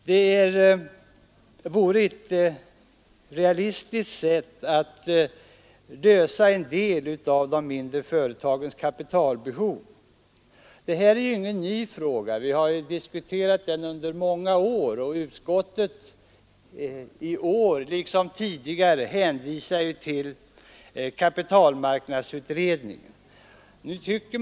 Det vore ett realistiskt sätt att lösa en del av de mindre företagens kapitalbehov. Det här är ju ingen ny fråga. Vi har ju diskuterat den under många år, och utskottet har i år, liksom tidigare, hänvisat till kapitalmarknadsutredningen.